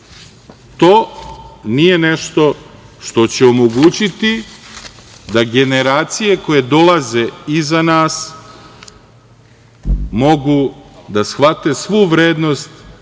to nije nešto što će omogućiti da generacije koje dolaze iza nas mogu da shvate svu vrednost